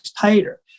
tighter